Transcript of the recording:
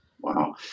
Wow